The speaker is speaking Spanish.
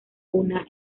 una